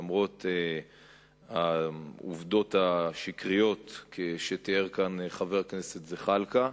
למרות העובדות השקריות שתיאר כאן חבר הכנסת זחאלקה.